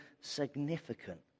significant